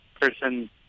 person